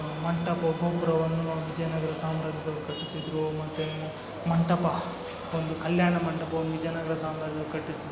ಮಂಟಪ ಒಬ್ರೊಬ್ಬರು ಒಂದು ಒಂದು ಜನಗಳ ಸಾಮ್ರಾಜ್ಯದವ್ರು ಕಟ್ಟಿಸಿದರು ಮತ್ತು ಮಂಟಪ ಒಂದು ಕಲ್ಯಾಣ ಮಂಟಪವನ್ನು ವಿಜಯನಗರ ಸಾಮ್ರಾಜ್ಯದವರು ಕಟ್ಟಿಸಿದರು